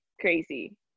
crazy